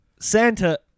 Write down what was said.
Santa